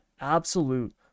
absolute